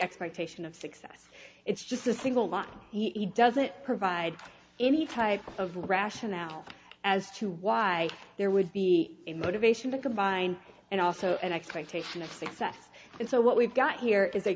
expectation of success it's just a single one he doesn't provide any type of rationale as to why there would be a motivation to combine and also an expectation of success and so what we've got here